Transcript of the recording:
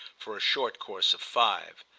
for a short course of five.